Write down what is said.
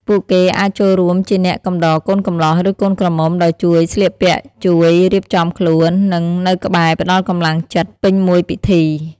ពួកគេអាចចូលរួមជា អ្នកកំដរកូនកំលោះ ឬកូនក្រមុំ ដោយជួយ ស្លៀកពាក់ ជួយ រៀបចំខ្លួន និង នៅក្បែរផ្តល់កម្លាំងចិត្ត ពេញមួយពិធី។